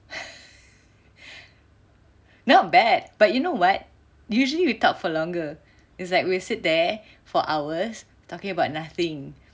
not bad but you know what usually we talk for longer is like we'll sit there for hours talking about nothing